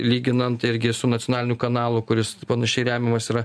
lyginant irgi su nacionaliniu kanalu kuris panašiai remiamas yra